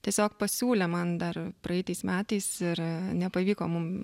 tiesiog pasiūlė man dar praeitais metais ir nepavyko mum